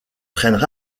prennent